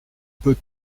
peut